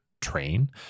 train